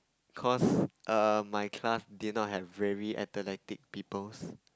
cause err my class did not have very athletic peoples